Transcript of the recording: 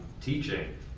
teaching